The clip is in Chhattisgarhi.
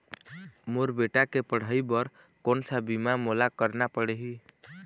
मोर बेटा के पढ़ई बर कोन सा बीमा मोला करना पढ़ही?